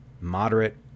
moderate